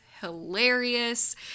hilarious